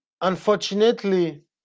unfortunately